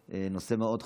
נושא מאוד חשוב,